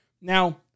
Now